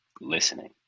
listening